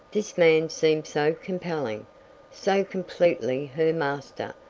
this man seemed so compelling so completely her master!